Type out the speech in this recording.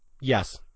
Yes